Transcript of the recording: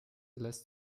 lässt